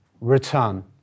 return